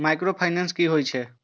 Micro finance कि होई छै?